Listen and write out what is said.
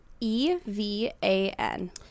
E-V-A-N